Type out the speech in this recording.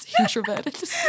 introverted